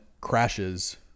crashes